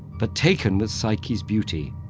but taken with psyche's beauty,